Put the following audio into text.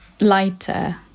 lighter